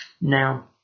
now